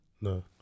No